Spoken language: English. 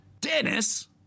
Dennis